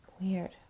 weird